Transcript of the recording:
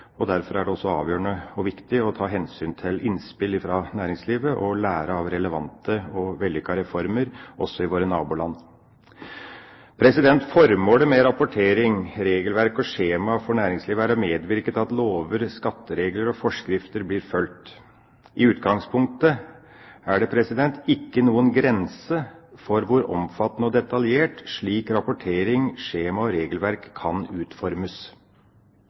og derfor er det også avgjørende og viktig å ta hensyn til innspill fra næringslivet, og lære av relevante og vellykkede reformer, også i våre naboland. Formålet med rapportering, regelverk og skjemaer for næringslivet er å medvirke til at lover, skatteregler og forskrifter blir fulgt. I utgangspunktet er det ikke noen grense for hvor omfattende og detaljert slik rapportering, skjemaer og regelverk kan utformes.